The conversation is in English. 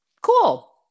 Cool